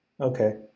okay